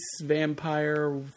vampire